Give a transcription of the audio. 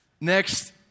Next